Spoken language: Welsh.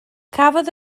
cafodd